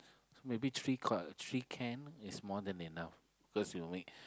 maybe three can three can is more than enough cause you'll make